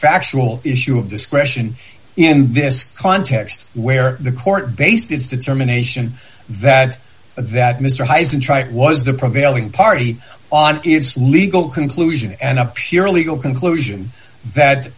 factual issue of discretion in this context where the court based its determination that that mr highs and try to was the prevailing party on its legal conclusion and a pure legal conclusion that